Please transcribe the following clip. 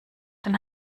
den